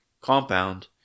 compound